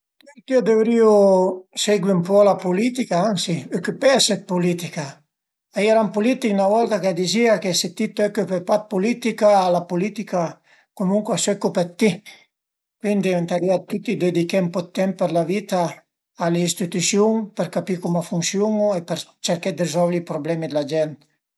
Tüti a duvrìu segui ën po la pulitica, ansi ocüpese dë pulitica, a i era ün pulitich 'na volta ch'a dizìa che se ti t'ocüpe da dë pulitica, be la pulitica comuncue a s'ocüpa dë ti, cuindi ëntarìa tüti dediché ën po dë temp d'la vita a le institüsiun për capì cum a funsiun-u për cerché dë rizolvi i problemi d'la gent